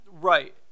Right